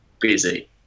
Busy